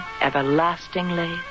everlastingly